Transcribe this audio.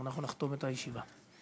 ואנחנו נחתום את הישיבה.